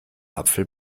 apfel